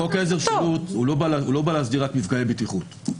חוק עזר לשילוט לא בא להסדיר רק מפגעי בטיחות.